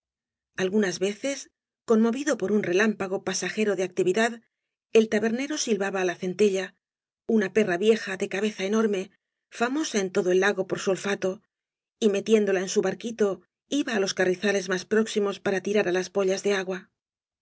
algunas veces conmovido por un relámpago pasajero de actividad el tabernero silbaba á la centella una perra vieja de cabeza enorme famosa en todo el lago por su olfato y metiéndola en sm barquito iba á los carrizales más próximos para tirar á las pollas de agua